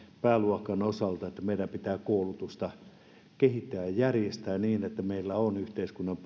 pääluokan osalta meidän pitää kehittää koulutusta ja järjestää niin että meillä on yhteiskunnan